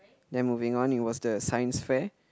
then moving on it was the science fair